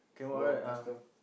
from custom